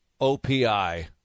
OPI